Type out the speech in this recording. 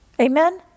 Amen